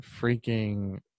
freaking